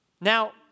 Now